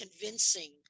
convincing